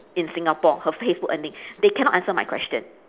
in singapore her facebook earning they cannot answer my question